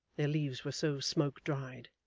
their leaves were so smoked-dried.